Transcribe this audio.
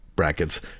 brackets